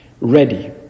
Ready